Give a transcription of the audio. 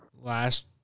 last